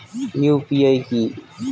UPI কি?